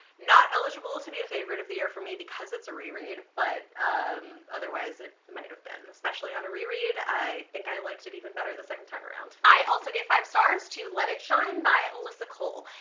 not eligible to be a favorite of the year for me because it's a reread but um otherwise it might have been, especially on a reread. i think i liked it even better the second time around. i also gave five stars to let it shine by alyssa cole.